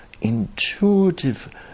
intuitive